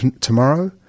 tomorrow